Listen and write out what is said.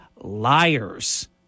liars